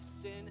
sin